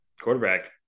quarterback